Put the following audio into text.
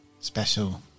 Special